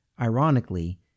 ironically